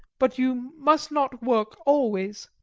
but you must not work always.